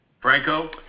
Franco